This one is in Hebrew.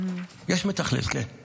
יש מתכלל, כן.